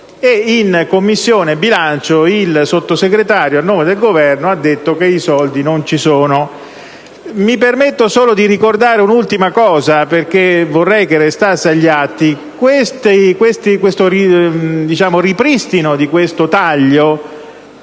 in Commissione bilancio il Sottosegretario, a nome del Governo, ha detto che i soldi non ci sono. Mi permetto solo di ricordare un'ultima cosa, perché vorrei che restasse agli atti. Il ripristino di questo taglio